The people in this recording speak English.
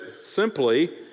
simply